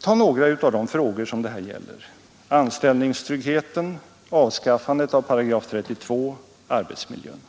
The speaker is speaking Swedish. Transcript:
Ta några av de frågor som det här gäller: anställningstryggheten, avskaffandet av § 32, arbetsmiljön.